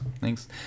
thanks